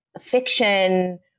fiction